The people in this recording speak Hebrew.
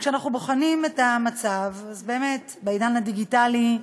כשאנחנו בוחנים את המצב בעניין הדיגיטלי,